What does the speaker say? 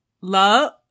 Love